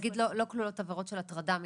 נגיד לא כלולות עבירות של הטרדה מינית.